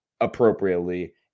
appropriately